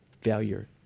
failure